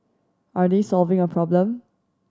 are they solving a problem